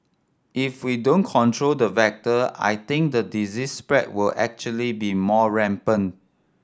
if we don't control the vector I think the disease spread will actually be more rampant